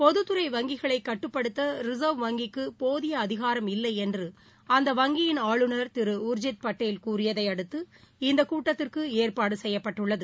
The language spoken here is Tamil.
பொதுத்துறை வங்கிகளை கட்டுப்படுத்த ரிசா்வ் வங்கிக்கு போதிய அதிகாரம் இல்லை என்று அந்த வங்கியின் ஆளுநர் திரு உர்ஜித் பட்டேல் கூறியதை அடுத்து இந்த கூட்டத்திற்கு ஏற்பாடு செய்யப்பட்டுள்ளது